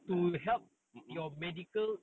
help lah mmhmm